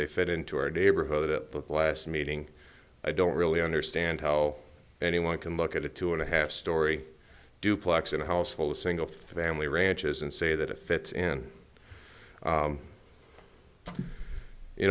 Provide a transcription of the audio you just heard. they fit into our neighborhood at that last meeting i don't really understand how anyone can look at a two and a half story duplex in a house full of single family ranches and say that it fits in